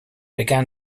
began